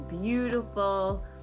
beautiful